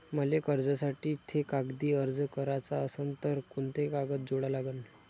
मले कर्जासाठी थे कागदी अर्ज कराचा असन तर कुंते कागद जोडा लागन?